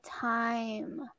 time